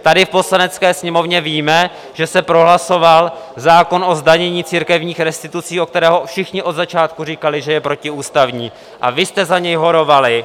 Tady v Poslanecké sněmovně víme, že se prohlasoval zákon o zdanění církevních restitucí, o kterém všichni od začátku říkali, že je protiústavní, a vy jste za něj horovali.